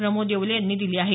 प्रमोद येवले यांनी दिली आहे